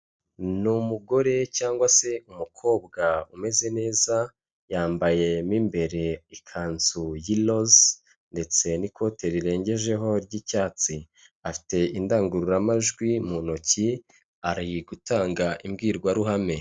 Ni umugore cyangwa se umukobwa umeze neza, yambaye mo imbere ikanzu y'iroze, ndetse n'ikote rirengejeho ry'icyatsi, afite indangururamajwi mu ntoki, ari gutanga imbwirwaruhame.